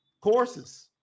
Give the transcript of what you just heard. courses